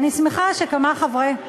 אני שמחה שכמה חברי,